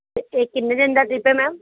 ਅਤੇ ਇਹ ਕਿੰਨੇ ਦਿਨ ਦਾ ਟ੍ਰਿਪ ਹੈ ਮੈਮ